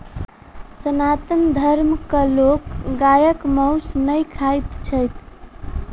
सनातन धर्मक लोक गायक मौस नै खाइत छथि